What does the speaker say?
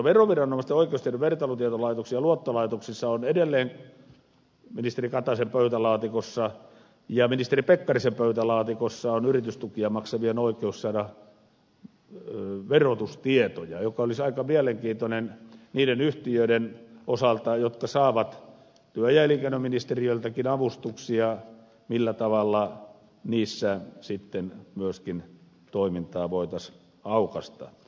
mutta veroviranomaisten oikeus tehdä vertailutietotarkastuksia luottolaitoksissa on edelleen ministeri kataisen pöytälaatikossa ja ministeri pekkarisen pöytälaatikossa on yritystukia maksavien oikeus saada verotustietoja ja olisi aika mielenkiintoista niiden yhtiöiden osalta jotka saavat työ ja elinkeinoministeriöltäkin avustuksia millä tavalla niissä myöskin toimintaa voitaisiin aukaista